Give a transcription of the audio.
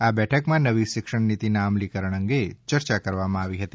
આ બેઠકમાં નવી શિક્ષણનીતિના અમલીકરણ અંગે યર્યા કરવામાં આવી હતી